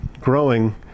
growing